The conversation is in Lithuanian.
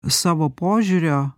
savo požiūrio